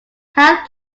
health